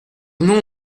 non